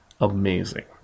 amazing